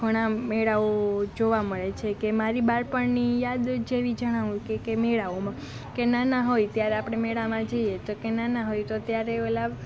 ઘણા મેળાઓ જોવા મળે છે કે મારી બાળપણની યાદ જેવી જણાવું કે કે મેળાઓમાં કે નાના હોય ત્યારે આપણે મેળામાં જઈએ તો કહે નાના હોય તો ત્યારે ઓલા